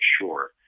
sure